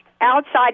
outside